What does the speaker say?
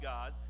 God